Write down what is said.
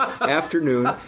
afternoon